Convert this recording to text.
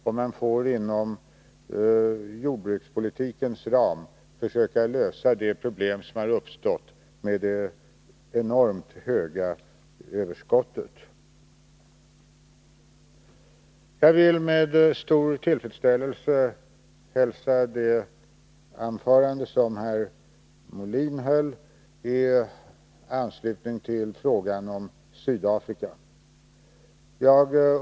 Vi får inom jordbrukspolitikens ram försöka lösa det problem som har uppstått med detta enorma överskott på havre. Det var med stor tillfredsställelse jag tog del av herr Molins anförande om Sydafrikafrågan.